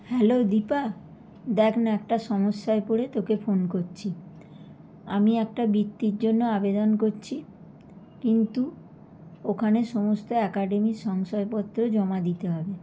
hello Deepa দেখ না একটা সমস্যায় পড়ে তোকে ফোন করছি আমি একটা বৃত্তির জন্য আবেদন করছি কিন্তু ওখানে সমস্ত একাডেমির শংসাপত্র জমা দিতে হবে